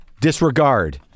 Disregard